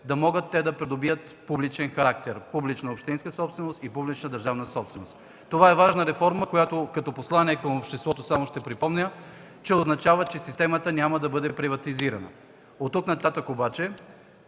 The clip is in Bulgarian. да могат те да придобият публичен характер – публична общинска собственост и публична държавна собственост. Това е важна реформа, която като послание към обществото само ще припомня, означава, че системата няма да бъде приватизирана. От тук нататък обаче